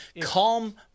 Calm